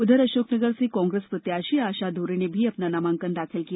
उधर अशोकनगर से कांग्रेस प्रत्याशी आशा दोहरे ने भी अपना नामांकन दाखिल किया